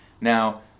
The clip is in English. Now